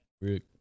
Rick